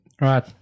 Right